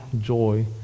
joy